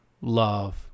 love